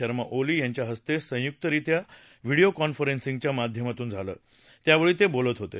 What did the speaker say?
शर्मा ओली यांच्या हस्ते संयुकरित्या व्हिडीओ कॉन्फरन्सिंगच्या माध्यमातून झालं त्यावेळी ते बोलत होते